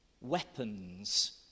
Weapons